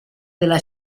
della